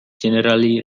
generally